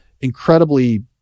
incredibly